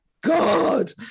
God